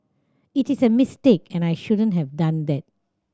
it is a mistake and I shouldn't have done that